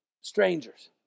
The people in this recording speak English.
Strangers